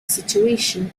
situation